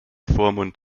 vormund